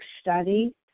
Study